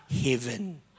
heaven